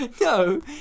No